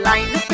Line